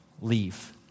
leave